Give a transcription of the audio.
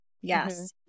Yes